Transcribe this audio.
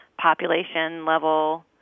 population-level